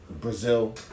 brazil